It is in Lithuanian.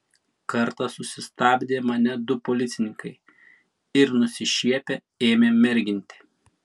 kartą susistabdė mane du policininkai ir nusišiepę ėmė merginti